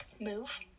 move